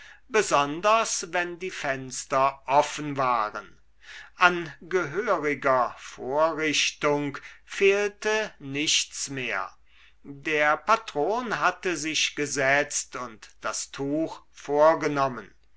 besonders wenn die fenster offen waren an gehöriger vorrichtung fehlte nichts mehr der patron hatte sich gesetzt und das tuch vorgenommen